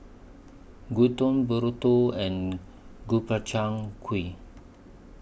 Gyudon Burrito and Gobchang Gui